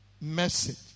message